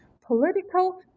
political